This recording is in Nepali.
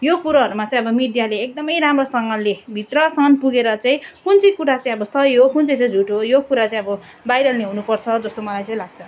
यो कुरोहरूमा चाहिँ अब मिडियाले एकदमै राम्रोसँगले भित्रसम्म पुगेर चाहिँ कुन चाहिँ कुरा चाहिँ अब सही हो कुन चाहिँ चाहिँ झुटो हो यो कुरा चाहिँ अब बाहिर ल्याउनु पर्छ जस्तो मलाई चाहिँ लाग्छ